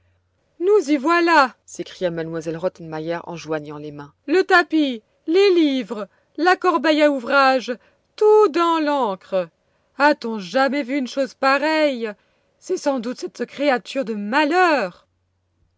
nous y voilà s'écria m elle rottenmeier en joignant les mains le tapis les livres la corbeille à ouvrage tout dans l'encre a-t-on jamais vu une chose pareille c'est sans doute cette créature de malheur